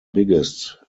biggest